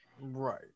Right